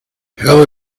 hell